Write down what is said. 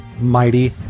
mighty